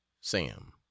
sam